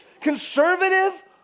conservative